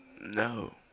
No